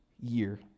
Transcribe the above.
year